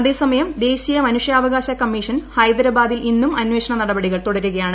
അതേസമയം ദേശീയ മനുഷ്യാവകാശ കമ്മീഷൻ ഹൈദരാബാദിൽ ഇന്നും അന്വേഷണ നടപടികൾ തുടരുകയാണ്